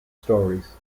stories